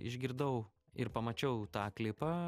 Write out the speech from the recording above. išgirdau ir pamačiau tą klipą